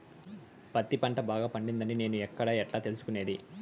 పత్తి పంట బాగా పండిందని నేను ఎక్కడ, ఎట్లా తెలుసుకునేది?